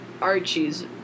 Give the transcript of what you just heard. Archie's